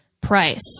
price